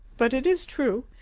but it is true.